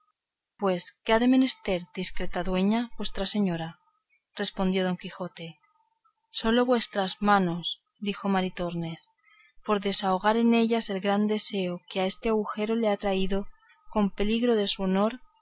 pues qué ha menester discreta dueña vuestra señora respondió don quijote sola una de vuestras hermosas manos dijo maritornes por poder deshogar con ella el gran deseo que a este agujero la ha traído tan a peligro de su honor